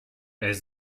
est